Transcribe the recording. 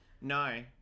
No